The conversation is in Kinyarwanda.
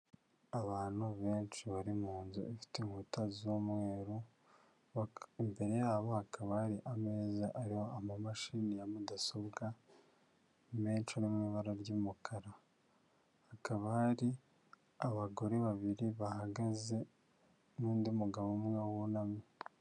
Abantu benshi bari munzu ifite inkuta z'umweru; imbere yabo hakaba ari ameza ariho amamashini ya mudasobwa menshi mu ibara ry'umukara, hakaba hari abagore babiri bahagaze n'undi mugabo umwe wunamye.